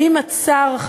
האם הצר,